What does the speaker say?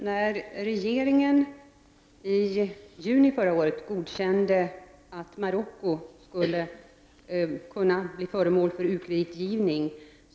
Herr talman! I juni förra året godkände regeringen att Marocko skulle kunna bli föremål för u-kreditgivning.